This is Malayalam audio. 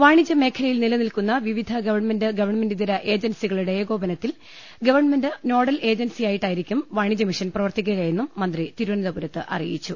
വാണിജൃ മേഖലയിൽ നിലനിൽക്കുന്ന വിവിധ ഗവൺമെന്റ് ഗവൺമെന്റിതര ഏജൻസികളുടെ ഏകോപനത്തിൽ ഗവൺമെന്റ നോഡൽ ഏജൻസിയായിട്ടായിരിക്കും വാണിജ്യമിഷൻ പ്രവർത്തി ക്കുകയെന്നും മന്ത്രി തിരുവനന്തപുരത്ത് അറിയിച്ചു